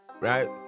right